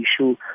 issue